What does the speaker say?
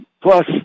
plus